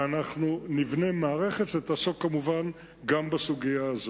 ואנחנו נבנה מערכת שתעסוק, כמובן, גם בסוגיה הזאת.